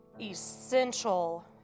essential